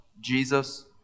Jesus